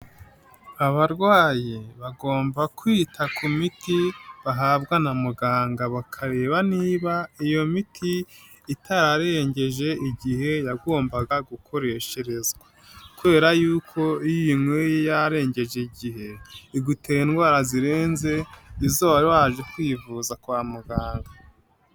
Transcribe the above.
Abarwayi bagomba kwita ku miti bahabwa na muganga bakareba niba iyo miti itararengeje igihe yagombaga gukoreshezwa kubera yuko iyikwi yarengeje igihe, iguteye indwara zirenze izo wari waje kwivuza kwa muganga.